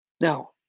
Now